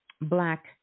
black